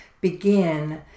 begin